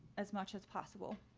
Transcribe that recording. as much as possible.